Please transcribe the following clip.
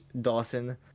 Dawson